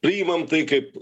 priimam tai kaip